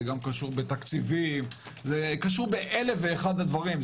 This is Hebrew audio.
זה גם קשור בתקציבים, זה קשור באלף ואחד דברים.